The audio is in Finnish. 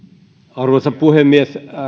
arvoisa puhemies